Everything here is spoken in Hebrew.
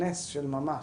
נס של ממש.